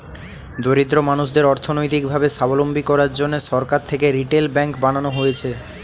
দরিদ্র মানুষদের অর্থনৈতিক ভাবে সাবলম্বী করার জন্যে সরকার থেকে রিটেল ব্যাঙ্ক বানানো হয়েছে